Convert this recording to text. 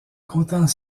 comptant